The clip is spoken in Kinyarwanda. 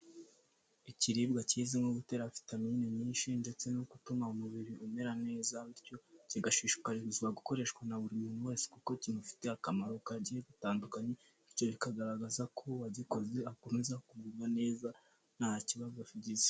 Ikiribwa kizwiho gutera vitamine nyinshi ndetse no gutuma umubiri umera neza, bityo kigashishikarizwa gukoreshwa na buri muntu wese kuko kimufitiye akamaro kagiye gutandukanye, bityo bikagaragaza ko uwagikoze akomeza kuguma neza nta kibazo agize.